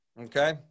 Okay